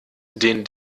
den